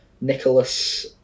nicholas